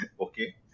okay